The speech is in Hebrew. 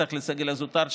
ובטח לסגל הזוטר,